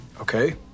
Okay